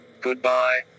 Goodbye